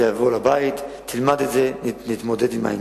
זה יבוא לבית, נלמד את זה ונתמודד עם העניין.